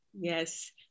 yes